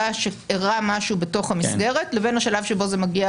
שאירע משהו בתוך המסגרת לבין השלב שבו זה מגיע לחקירה.